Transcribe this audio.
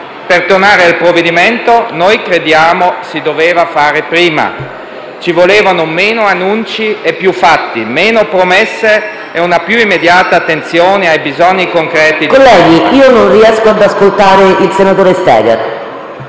Per tornare al provvedimento, noi crediamo che si dovesse fare prima. Ci volevano meno annunci e più fatti, meno promesse e una più immediata attenzione ai bisogni concreti. *(Brusio)*. PRESIDENTE. Colleghi, io non riesco ad ascoltare il senatore Steger.